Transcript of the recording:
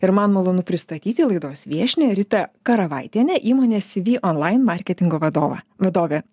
ir man malonu pristatyti laidos viešnią ritą karavaitienę įmonės cv online marketingo vadovą vadovę